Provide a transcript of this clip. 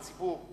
הציבור,